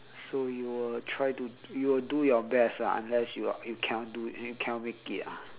so you will try to you will do your best ah unless you are you cannot do it you cannot make it ah